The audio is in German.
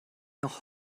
noch